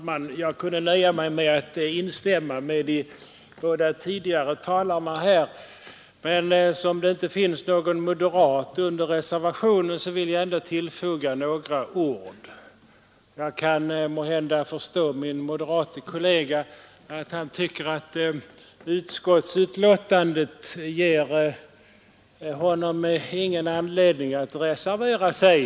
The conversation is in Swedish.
Fru talman! Jag kunde nöja mig med att instämma med de båda tidigare talarna, men eftersom ingen moderat har undertecknat reservationen vill jag ändå tillfoga några ord. Jag kan förstå min moderate kollega att han inte tycker att utskottsbetänkandet ger honom någon anledning att reservera sig.